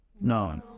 no